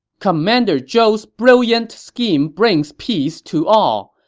commander zhou's brilliant scheme brings peace to all!